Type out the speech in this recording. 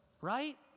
Right